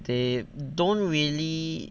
they don't really